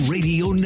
Radio